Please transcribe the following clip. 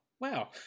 wow